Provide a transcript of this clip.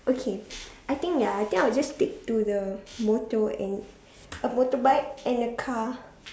okay I think ya I think I'll just stick to the motor and the motorbike and the car